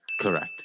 Correct